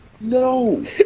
no